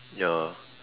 ya